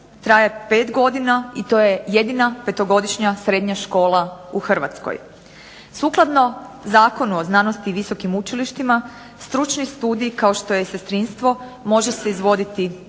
traje 5 godina i to je jedina petogodišnja srednja škola u Hrvatskoj. Sukladno Zakonu o znanosti i visokim učilištima, stručni studij kao što je sestrinstvo može se izvoditi kao